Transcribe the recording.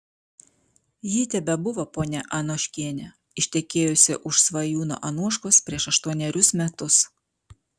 ji tebebuvo ponia anoškienė ištekėjusi už svajūno anoškos prieš aštuonerius metus